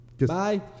Bye